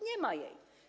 Nie ma jej.